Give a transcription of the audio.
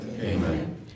Amen